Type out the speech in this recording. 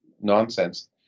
nonsense